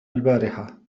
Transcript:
البارحة